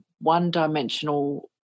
one-dimensional